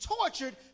tortured